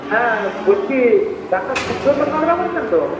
হ্যাঁ বলছি ডাক্তার সুব্রত সাঁতরা বলছেন তো